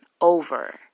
over